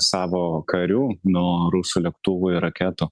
savo karių nuo rusų lėktuvų raketų